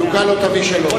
חלוקה לא תביא שלום.